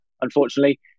unfortunately